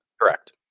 Correct